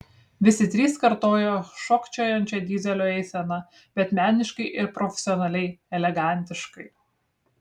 visi trys kartojo šokčiojančią dyzelio eiseną bet meniškai ir profesionaliai elegantiškai